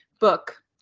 book